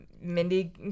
Mindy